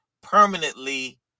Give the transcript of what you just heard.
permanently